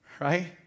Right